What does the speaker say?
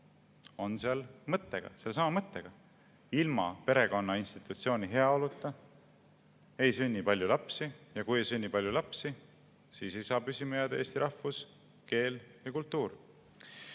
on seal sellesama mõttega, et ilma perekonna institutsiooni heaoluta ei sünni palju lapsi, ja kui ei sünni palju lapsi, siis ei saa püsima jääda eesti rahvus, keel ja kultuur. Need